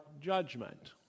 judgment